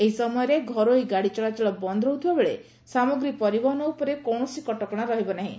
ଏହି ସମୟରେ ଘରୋଇ ଗାଡ଼ି ଚଳାଚଳ ବନ୍ଦ ରହୁଥିବା ବେଳେ ସାମଗ୍ରୀ ପରିବହନ ଉପରେ କୌଶସି କଟକଣା ରହିବ ନାହିଁ